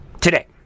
today